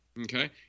okay